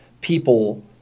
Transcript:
people